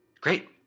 Great